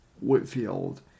Whitfield